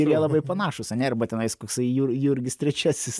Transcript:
ir jie labai panašūs ane arba tenais koksai jur jurgis trečiasis